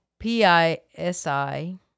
PISI